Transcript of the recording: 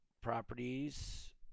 Properties